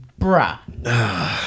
bruh